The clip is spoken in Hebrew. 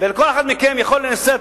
וכל אחד מכם יכול לנסות,